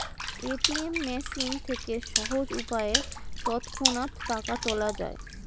ATM machine থেকে সহজ উপায়ে তৎক্ষণাৎ টাকা তোলা যায়